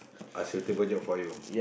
a suitable job for you